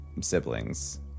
siblings